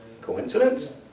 coincidence